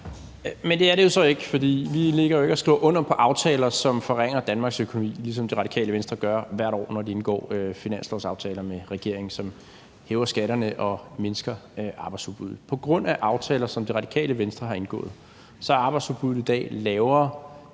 Men det er det jo så ikke. For vi ligger jo ikke og skriver under på aftaler, som forringer Danmarks økonomi, ligesom Det Radikale Venstre gør hvert år, når de indgår finanslovsaftaler med regeringen, som hæver skatterne og mindsker arbejdsudbuddet. På grund af aftaler, som Det Radikale Venstre har indgået, er arbejdsudbuddet i dag lavere,